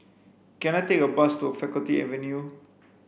can I take a bus to Faculty Avenue